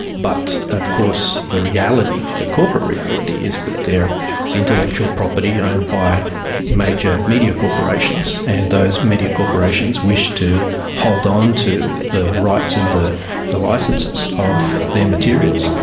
but of course the reality, the corporate reality is that it's intellectual property owned by major media corporations, and those media corporations wish to hold on to the rights and the the licences of their materials.